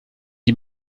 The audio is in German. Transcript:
die